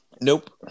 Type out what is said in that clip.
Nope